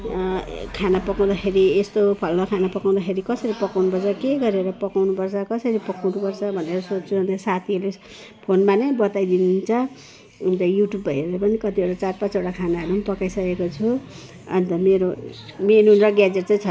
खाना पकाउँदाखेरि यस्तो फलाना खाना पकाउँदाखेरि कसरी पकाउनुपर्छ के गरेर पकाउनुपर्छ कसरी पकाउनुपर्छ भनेर सोध्छु अनि त साथीहरूले फोनमा नै बताइदिनुहुन्छ अनि त युट्युब हेरेर पनि कतिहरू चार पाँचवटा खानाहरू पकाइसकेको छु अनि त मेरो मेनु र ग्याजेट चाहिँ छ